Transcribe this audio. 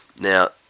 Now